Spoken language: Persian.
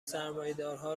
سرمایهدارها